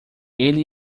ele